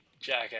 jackass